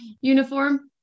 uniform